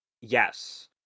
Yes